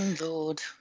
Lord